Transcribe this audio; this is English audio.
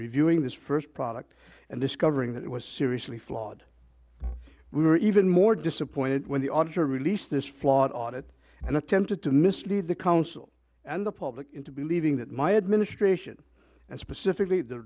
reviewing this first product and discovering that it was seriously flawed we were even more disappointed when the auditor released this flawed audit and attempted to mislead the council and the public into believing that my administration and specifically the